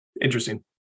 interesting